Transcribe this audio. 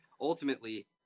ultimately